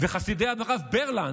וחסידי הרב ברלנד,